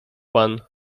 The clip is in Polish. pan